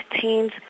teens